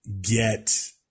get